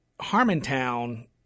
Harmontown